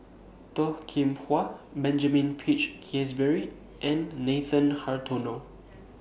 Toh Kim Hwa Benjamin Peach Keasberry and Nathan Hartono